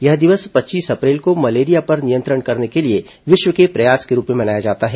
यह दिवस पच्चीस अप्रैल को मलेरिया पर नियंत्रण करने के लिए विश्व के प्रयास के रूप में मनाया जाता है